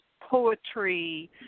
poetry